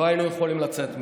לא היינו יכולים לצאת מזה.